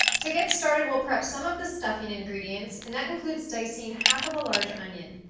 to get started, we'll prep some of the stuffing ingredients, and that includes dicing half of a large onion.